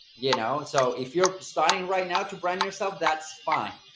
you know, so if you're starting right now to brand yourself, that's fine.